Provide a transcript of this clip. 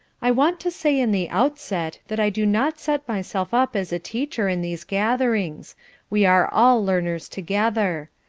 i want to say in the outset, that i do not set myself up as a teacher in these gatherings we are all learners together.